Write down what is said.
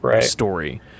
story